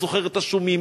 הוא זוכר את השומים,